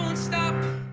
stop